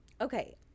okay